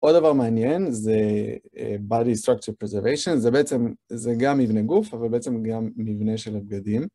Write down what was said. עוד דבר מעניין זה Body Structure Preservation, זה בעצם, זה גם מבנה גוף אבל בעצם גם מבנה של הבגדים.